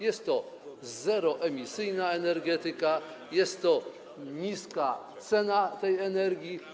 Jest to zeroemisyjna energetyka, jest to niska cena energii.